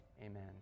amen